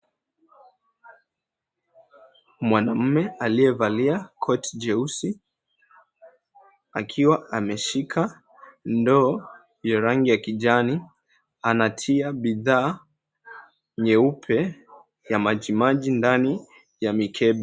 Mwanaume aliyevalia koti jeusi, akiwa wameshika ndoo ya rangi ya kijani, anatia bidhaa nyeupe ya majimaji ndani ya mikebe.